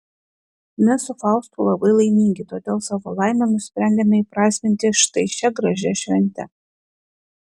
mes su faustu labai laimingi todėl savo laimę nusprendėme įprasminti štai šia gražia švente